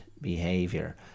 behavior